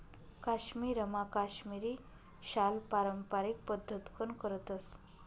काश्मीरमा काश्मिरी शाल पारम्पारिक पद्धतकन करतस